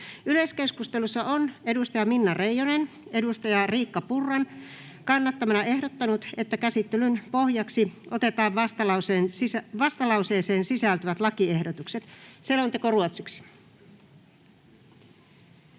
Yleiskeskustelussa on Minna Reijonen Riikka Purran kannattamana ehdottanut, että käsittelyn pohjaksi otetaan vastalauseeseen sisältyvät lakiehdotukset. [Speech 2]